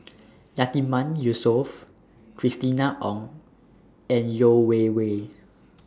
Yatiman Yusof Christina Ong and Yeo Wei Wei